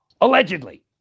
Allegedly